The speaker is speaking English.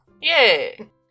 Yay